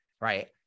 Right